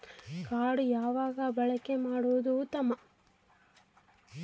Card ಯಾವಾಗ ಬಳಕೆ ಮಾಡುವುದು ಉತ್ತಮ?